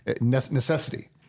necessity